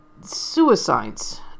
suicides